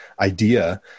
idea